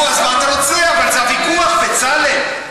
פרטי, בצלאל,